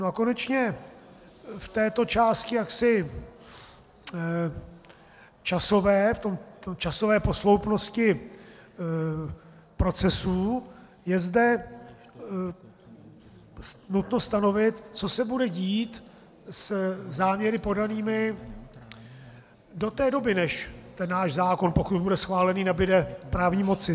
A konečně v této části jaksi v časové posloupnosti procesů je zde nutno stanovit, co se bude dít se záměry podanými do té doby, než ten náš zákon, pokud bude schválený, nabude právní moci.